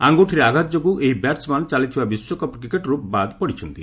ଆଙ୍ଗୁଠିରେ ଆଘାତ ଯୋଗୁଁ ଏହି ବ୍ୟାଟ୍ସ୍ମ୍ୟାନ୍ ଚାଲିଥିବା ବିଶ୍ୱକପ୍ କ୍ରିକେଟ୍ରୁ ବାଦ୍ ପଡ଼ିଚ୍ଚନ୍ତି